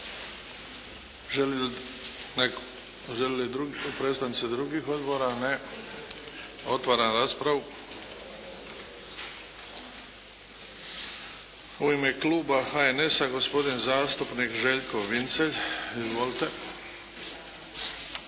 Žele li predstavnici drugih odbora? Ne. Otvaram raspravu. U ime Kluba HNS-a, gospodin zastupnik Željko Vincelj. Izvolite.